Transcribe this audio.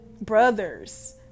brothers